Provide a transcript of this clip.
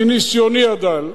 מניסיוני הדל,